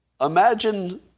Imagine